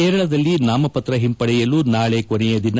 ಕೇರಳದಲ್ಲಿ ನಾಮಪತ್ರ ಹಿಂಪಡೆಯಲು ನಾಳೆ ಕೊನೆದಿನ